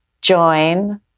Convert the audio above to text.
join